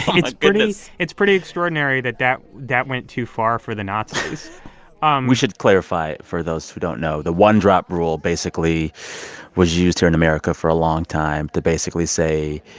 goodness it's pretty extraordinary that that that went too far for the nazis um we should clarify for those who don't know. the one-drop rule basically was used here in america for a long time to basically say,